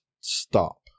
stop